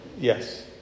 Yes